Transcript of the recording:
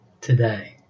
today